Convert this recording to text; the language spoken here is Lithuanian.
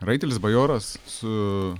raitelis bajoras su